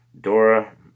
Dora